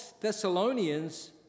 Thessalonians